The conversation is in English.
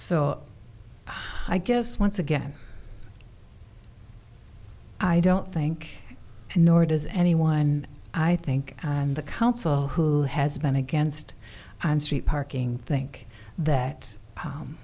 so i guess once again i don't think nor does anyone i think the council who has been against on street parking think that